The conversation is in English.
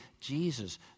Jesus